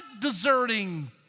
deserting